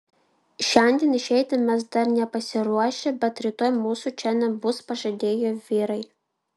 šiandien išeiti mes dar nepasiruošę bet rytoj mūsų čia nebus pažadėjo vyrai